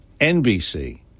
NBC